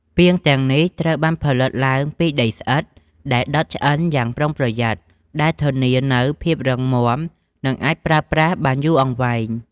ពាងទាំងនេះត្រូវបានផលិតឡើងពីដីស្អិត ដែលដុតឆ្អិនយ៉ាងប្រុងប្រយ័ត្ន ដែលធានានូវភាពរឹងមាំ និងអាចប្រើប្រាស់បានយូរអង្វែង។